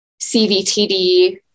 cvtd